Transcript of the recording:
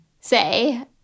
say